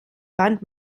wand